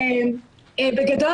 בגדול,